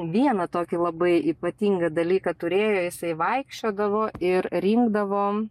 vieną tokį labai ypatingą dalyką turėjo jisai vaikščiodavo ir rinkdavo